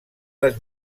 les